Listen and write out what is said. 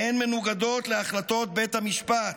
והן מנוגדות להחלטות בית המשפט".